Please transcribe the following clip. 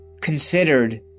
considered